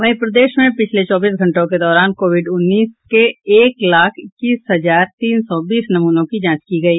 वहीं प्रदेश में पिछले चौबीस घंटों के दौरान कोविड उन्नीस के एक लाख इक्कीस हजार तीन सौ बीस नमूनों की जांच की गयी